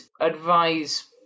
advise